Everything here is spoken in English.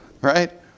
right